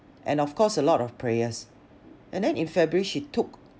and of course a lot of prayers and then in february she took